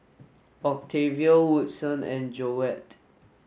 Octavio Woodson and Joette